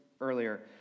earlier